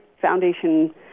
foundation